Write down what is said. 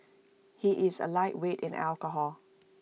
he is A lightweight in alcohol